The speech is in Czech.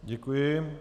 Děkuji.